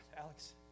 Alex